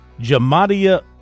Jamadia